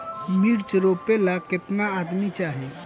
मिर्च रोपेला केतना आदमी चाही?